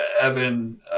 Evan